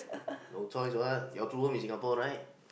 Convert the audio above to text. no choice [what] your true home is Singapore right